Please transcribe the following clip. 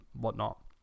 whatnot